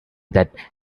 that